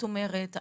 את אומרת,